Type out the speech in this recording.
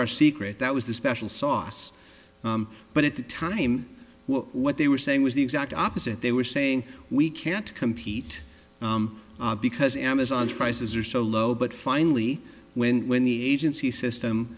our secret that was the special sauce but at the time what they were saying was the exact opposite they were saying we can't compete because amazon's prices are so low but finally when when the agency system